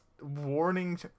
warning